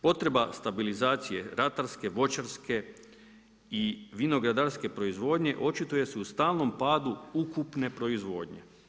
Potreba stabilizacije, ratarske, voćarske i vinogradarske proizvodnje, očituje se u stalnom padu ukupne proizvodnje.